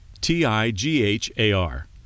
T-I-G-H-A-R